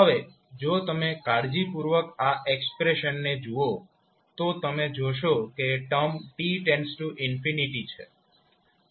હવે જો તમે કાળજીપૂર્વક આ એક્સપ્રેશનને જુઓ તો તમે જોશો કે ટર્મ t છે